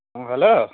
ᱦᱮᱸ ᱦᱮᱞᱳ